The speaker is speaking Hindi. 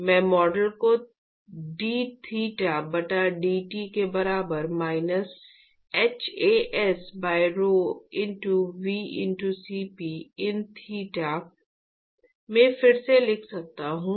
मैं मॉडल को d थीटा बटा dt के बराबर minus h A s by rhoVCp in theta में फिर से लिख सकता हूं